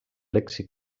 lèxic